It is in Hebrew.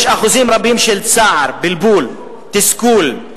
יש אחוזים רבים של צער, בלבול, תסכול.